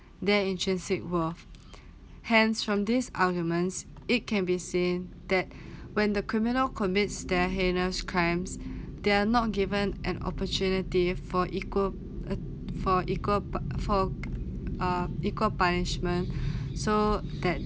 their intrinsic worth hence from this arguments it can be seen that when the criminal commits the heinous crimes they're not given an opportunity for equal a~ for equal pu~ for ah equal punishment so